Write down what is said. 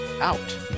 out